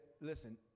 listen